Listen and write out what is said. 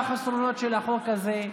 לקשיים של אזרחי החברה הערבית.